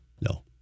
no